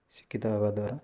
ଶିକ୍ଷିତା ହବା ଦ୍ୱାରା